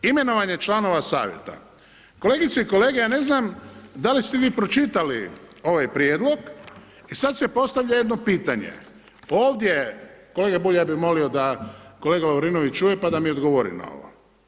Imenovanje članova savjeta, kolegice i kolege ja ne znam da li ste vi pročitali ovaj prijedlog i sad se postavlja jedno pitanje, ovdje kolega Bulj ja bi molio da kolega Lovrinović čuje pa da mi odgovori na ovo.